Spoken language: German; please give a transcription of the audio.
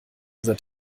unser